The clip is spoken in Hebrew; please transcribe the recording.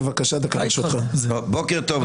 בוקר טוב.